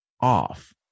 off